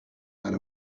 ride